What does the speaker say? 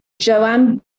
Joanne